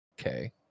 okay